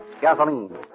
Gasoline